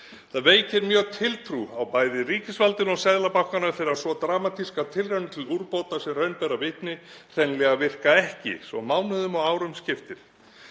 Það veikir mjög tiltrú á bæði ríkisvaldinu og Seðlabankanum þegar svo dramatískar tilraunir til úrbóta sem raun ber vitni virka hreinlega ekki svo mánuðum og árum skiptir.